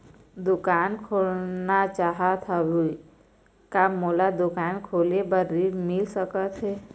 दुकान खोलना चाहत हाव, का मोला दुकान खोले बर ऋण मिल सकत हे?